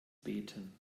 beten